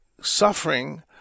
suffering